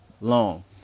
long